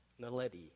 Naledi